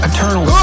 Eternal